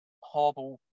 horrible